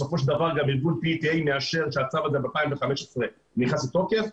בסופו של דבר גם ארגון PETA מאשר שהצו הזה ב- 2015 נכנס לתוקף,